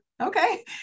Okay